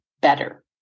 better